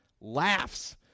laughs